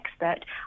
expert